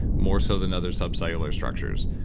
more so than other subcellular structures.